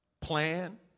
Plan